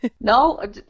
No